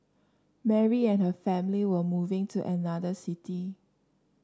Mary and her family were moving to another city